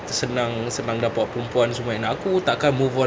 senang-senang dapat perempuan semua aku tak kan move on